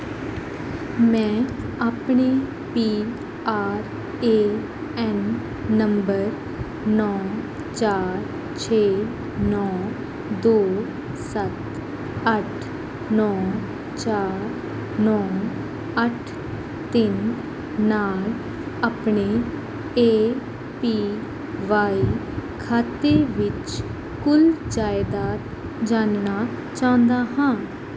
ਮੈਂ ਆਪਣੇ P R A N number ਨੌਂ ਚਾਰ ਛੇ ਨੌਂ ਦੋ ਸੱਤ ਅੱਠ ਨੌਂ ਚਾਰ ਨੌਂ ਅੱਠ ਤਿੰਨ ਨਾਲ ਆਪਣੇ ਏ ਪੀ ਵਾਈ ਖਾਤੇ ਵਿੱਚ ਕੁੱਲ ਜਾਇਦਾਦ ਜਾਨਣਾ ਚਾਹੁੰਦਾ ਹਾਂ